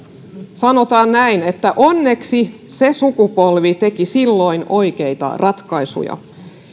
sanotaan näin onneksi se sukupolvi teki silloin oikeita ratkaisuja